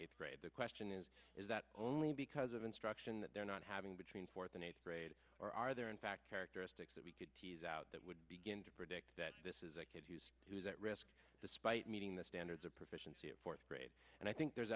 eighth grade the question is is that only because of instruction that they're not having between fourth and eighth grade or are there in fact characteristics that we could tease out that would begin to predict that this is a kid who's who's at risk despite meeting the standards of proficiency in fourth grade and i think there